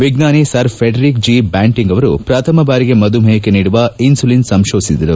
ವಿಜ್ಞಾನಿ ಸರ್ ಥೆಡ್ರಿಕ್ಜಿ ಬ್ಯಾಂಟಿಂಗ್ ಅವರು ಪ್ರಥಮ ಬಾರಿಗೆ ಮಧುಮೇಹಕ್ಕೆ ನೀಡುವ ಇನ್ಸುಲಿನ್ ಸಂಶೋಧಿಸಿದರು